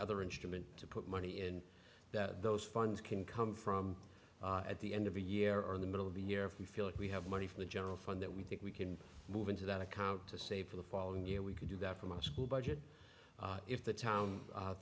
other instrument to put money in that those funds can come from at the end of a year or in the middle of the year if we feel that we have money for the general fund that we think we can move into that account to save for the following year we can do that from a school budget if the town